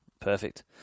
perfect